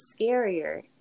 scarier